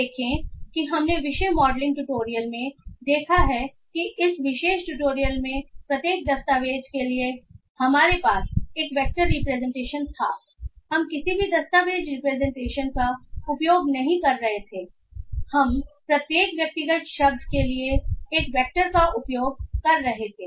देखें कि हमने विषय मॉडलिंग ट्यूटोरियल में देखा है कि इस विशेष ट्यूटोरियल में प्रत्येक दस्तावेज़ के लिए हमारे पास वेक्टर रिप्रेजेंटेशन था हम किसी भी दस्तावेज़ रिप्रेजेंटेशन का उपयोग नहीं कर रहे थे हम प्रत्येक व्यक्तिगत शब्द के लिए एक वेक्टर का उपयोग कर रहे थे